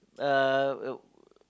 uh